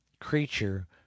creature